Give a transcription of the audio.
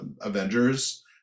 Avengers